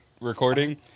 recording